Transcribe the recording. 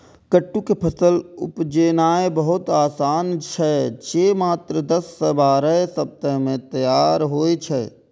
कट्टू के फसल उपजेनाय बहुत आसान छै, जे मात्र दस सं बारह सप्ताह मे तैयार होइ छै